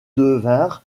devinrent